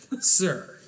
sir